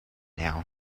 now